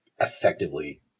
effectively